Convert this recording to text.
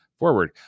forward